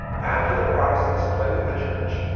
after the protestants split with the church,